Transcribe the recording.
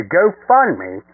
GoFundMe